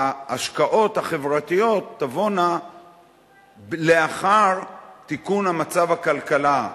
ההשקעות החברתיות תבואנה לאחר תיקון מצב הכלכלה.